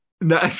no